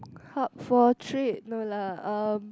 hub for trade no lah um